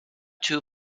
two